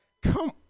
Come